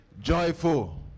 joyful